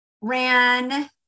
ran